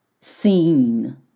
seen